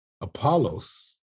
apollos